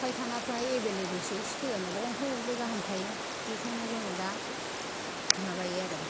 फायखानाफ्रा available सै सोरनाबा गंथाम गंब्रै गाहाम थायो बेखौनो जोङो दा माबायो आरो